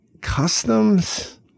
customs